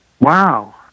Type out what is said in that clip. wow